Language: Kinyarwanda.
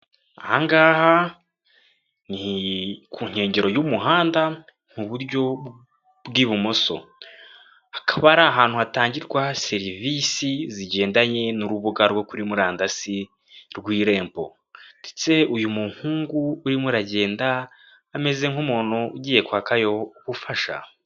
Aha ngaha ni ku nkengero y'umuhanda mu buryo bw'ibumoso akaba ari ahantu hatangirwa serivisi zigendanye n'urubuga rwo kuri murandasi rw'irembo .Ndetse uyu muhungu urimo aragenda ameze nk'umuntu ugiye kwakayo ubufasha.